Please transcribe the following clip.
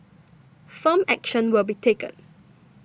firm action will be taken